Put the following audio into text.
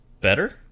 better